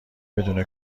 بدون